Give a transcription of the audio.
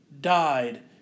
died